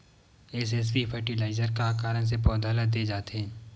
SSP fertilizer का कारण से पौधा ल दे जाथे?